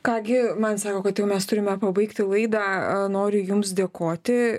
ką gi man sako kad jau mes turime pabaigti laidą noriu jums dėkoti